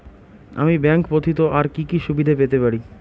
আমি ব্যাংক ব্যথিত আর কি কি সুবিধে পেতে পারি?